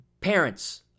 parents